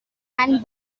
and